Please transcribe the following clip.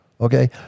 okay